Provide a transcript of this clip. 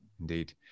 indeed